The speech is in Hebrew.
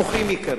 מוחים יקרים,